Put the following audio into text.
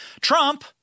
Trump